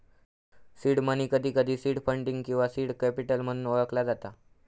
seed money, कधीकधी seed funding किंवा seed capital म्हणून ओळखला जाता